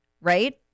Right